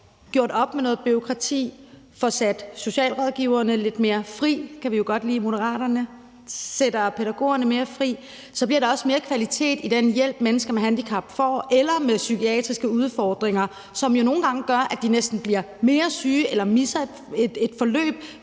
gjort op med noget bureaukrati, får sat socialrådgiverne lidt mere fri – det kan vi jo godt lide i Moderaterne – sætter pædagogerne mere fri, bliver der også mere kvalitet i den hjælp, mennesker med handicap eller med psykiatriske udfordringer får, for den hjælp, der er der nu, gør jo nogle gange, at de næsten bliver mere syge eller misser et forløb,